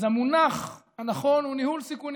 אז המונח הנכון הוא ניהול סיכונים.